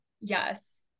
yes